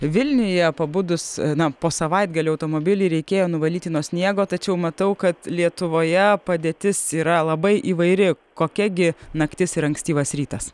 vilniuje pabudus na po savaitgalio automobilį reikėjo nuvalyti nuo sniego tačiau matau kad lietuvoje padėtis yra labai įvairi kokia gi naktis ir ankstyvas rytas